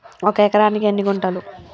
ఒక ఎకరానికి ఎన్ని గుంటలు?